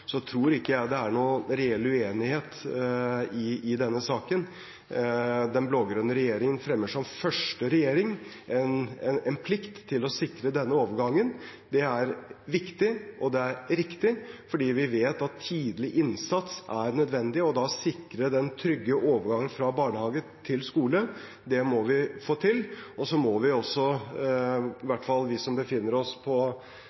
Så tror ikke jeg det er noen reell uenighet i denne saken. Den blå-grønne regjeringen fremmer som første regjering en plikt til å sikre denne overgangen. Det er viktig, og det er riktig, fordi vi vet at tidlig innsats er nødvendig, og det å sikre den trygge overgangen fra barnehage til skole må vi få til. Så må vi også – i hvert fall vi som befinner oss på